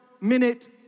minute